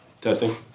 Testing